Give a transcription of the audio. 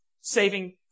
saving